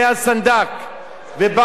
ובאו 200 איש.